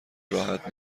راحت